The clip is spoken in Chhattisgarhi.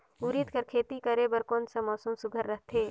उरीद कर खेती करे बर कोन मौसम सबले सुघ्घर रहथे?